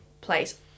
place